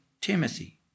Timothy